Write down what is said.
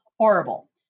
horrible